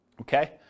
Okay